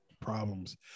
Problems